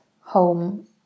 home